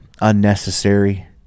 unnecessary